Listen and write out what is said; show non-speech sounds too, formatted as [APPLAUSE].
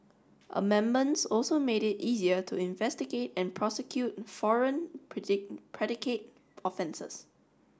amendments also made it easier to investigate and prosecute foreign [UNINTELLIGIBLE] predicate offences